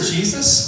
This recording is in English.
Jesus